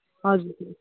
हजुर